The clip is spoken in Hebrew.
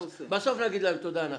בסוף נגיד להם תודה אנחנו.